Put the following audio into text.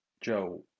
Joe